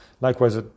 Likewise